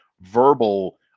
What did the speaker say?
verbal